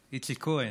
איציק כהן,